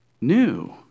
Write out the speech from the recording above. new